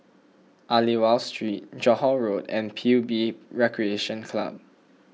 Aliwal Street Johore Road and P U B Recreation Club